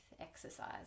exercise